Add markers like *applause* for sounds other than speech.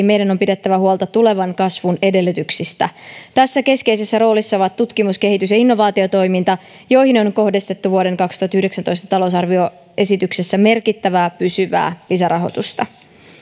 *unintelligible* meidän on pidettävä huolta tulevan kasvun edellytyksistä tässä keskeisessä roolissa ovat tutkimus kehitys ja innovaatiotoiminta joihin on kohdistettu vuoden kaksituhattayhdeksäntoista talousarvioesityksessä merkittävää pysyvää lisärahoitusta